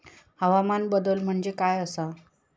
हवामान बदल म्हणजे काय आसा?